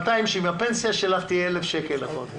הפנסיה שלך תהיה 1,000 שקל לחודש.